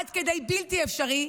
עד כדי בלתי אפשרי,